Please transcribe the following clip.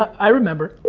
i remember.